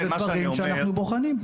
אלו דברים שאנחנו בוחנים.